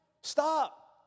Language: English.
Stop